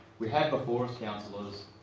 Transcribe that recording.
we have before us, councillors,